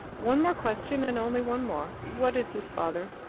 one more question, and only one more. what is his father?